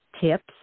tips